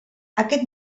aquest